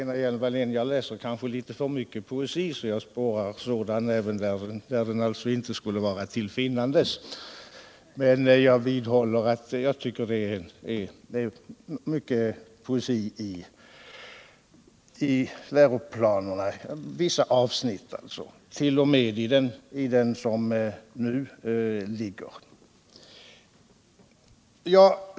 Herr talman! Ja, jag läser kanske litet för mycket poesi och spårar måhända därför sådan även där den alltså inte skulle vara till finnandes. Jag vidhåller ändå, Lena Hjelm-Wallén, att jag tycker att det är väl mycket poesi i vissa avsnitt av läroplanerna. t.o.m. i det förslag som nyligen framlagts.